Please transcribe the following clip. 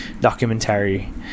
documentary